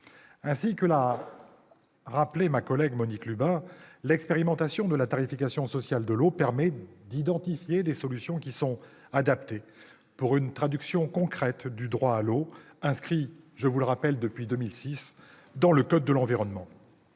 Ainsi que l'a rappelé ma collègue Monique Lubin, l'expérimentation de la tarification sociale de l'eau permet d'identifier des solutions adaptées pour une traduction concrète du droit à l'eau, dont je rappelle qu'il est inscrit depuis 2006 dans le code de l'environnement.